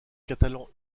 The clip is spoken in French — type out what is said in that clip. catalan